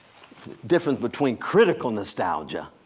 difference between critical nostalgia,